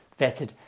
vetted